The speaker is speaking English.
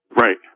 Right